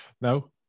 No